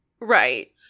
right